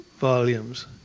volumes